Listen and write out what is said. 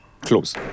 close